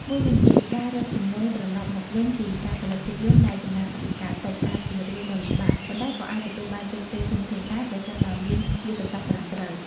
មួយវិញទៀត ការរកចំណូលត្រឡប់មកវិញពីការផលិតភាពយន្តដែលចំណាយថវិកាតិចអាចជារឿងដ៏ពិបាក ប៉ុន្តែក៏អាចទទួលបានជោគជ័យធំធេងដែរ ប្រសិនបើមានយុទ្ធសាស្ត្រត្រឹមត្រូវ។